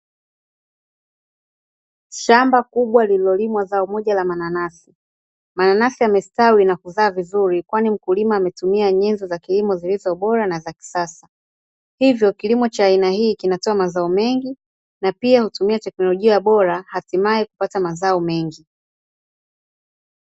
Shamba kubwa lilolimwa zao moja la mananasi, mananasi yamestawi na kuzaa vizuri kwani mkulima ametumia njezo za kilimo zilizo bora na zakisasa. Hivyo kilimo cha aina hii kinatoa mazao mengi, na pia hutumia teknolojia bora hatimaye kupata mazao mengi.